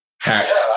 hacked